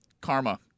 karma –